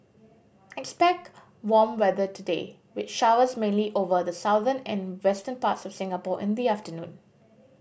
expect warm weather today with showers mainly over the southern and western parts of Singapore in the afternoon